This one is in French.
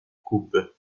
coupe